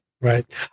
Right